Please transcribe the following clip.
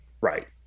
Right